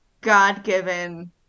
god-given